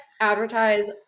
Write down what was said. advertise